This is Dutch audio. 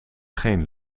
geen